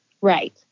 Right